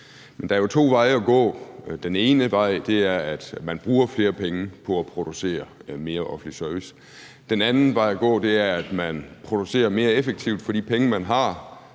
Der er jo to veje at gå. Den ene vej er, at man bruger flere penge på at producere mere offentlig service; den anden vej at gå er, at man producerer mere effektivt for de penge, man har,